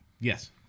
Yes